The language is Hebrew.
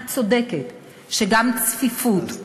את צודקת שגם צפיפות,